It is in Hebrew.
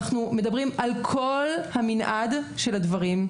אנחנו מדברים על כל המנעד של הדברים.